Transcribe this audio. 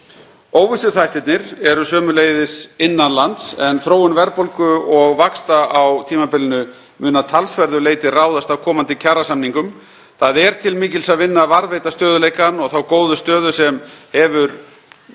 Óvissuþættirnir eru sömuleiðis innan lands, en þróun verðbólgu og vaxta á tímabilinu mun að talsverðu leyti ráðast af komandi kjarasamningum. Þar er til mikils að vinna að varðveita stöðugleikann og þá góðu stöðu sem hefur